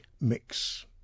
Mix